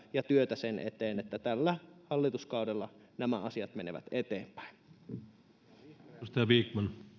ja työtä sen eteen että tällä hallituskaudella nämä asiat menevät eteenpäin